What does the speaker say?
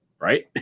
right